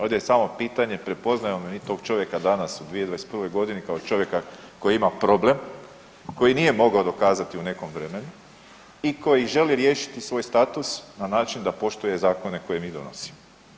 Ovdje je samo pitanje prepoznajemo li mi tog čovjeka danas u 2021. godini kao čovjeka koji ima problem, koji nije mogao dokazati u nekom vremenu i koji želi riješiti svoj status na način da poštuje zakone koje mi donosimo.